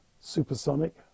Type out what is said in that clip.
Supersonic